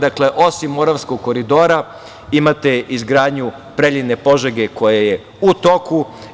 Dakle, osim Moravskog koridora, imate izgradnju Preljine-Požege, koja je u toku.